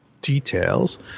details